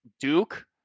Duke